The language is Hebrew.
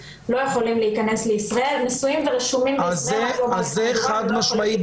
לא יכולים להיכנס לישראל נשואים ורשומים --- אז ליאור,